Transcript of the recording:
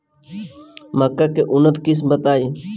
मक्का के उन्नत किस्म बताई?